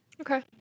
Okay